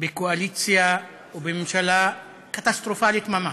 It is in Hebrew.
בקואליציה ובממשלה קטסטרופלית ממש,